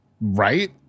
Right